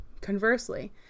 Conversely